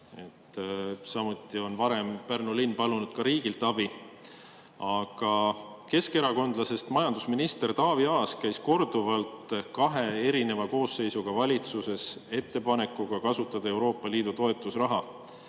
Samuti on varem Pärnu linn palunud riigilt abi. Keskerakondlasest majandusminister Taavi Aas käis korduvalt kahe erineva koosseisuga valitsuses ettepanekuga kasutada Euroopa Liidu toetusraha,